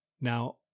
now